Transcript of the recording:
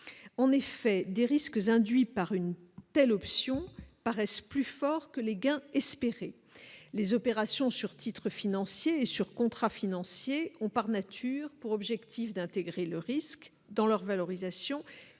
en effet des risques induits par une telle option paraissent plus fort que les gains espérés, les opérations sur titres financiers sur contrats financiers ont par nature pour objectif d'intégrer le risque dans leur valorisation